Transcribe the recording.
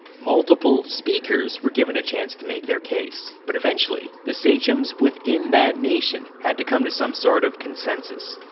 multiple speakers were given a chance to make their case, but eventually, the sachems within that nation had to come to some sort of consensus.